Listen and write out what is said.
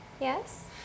Yes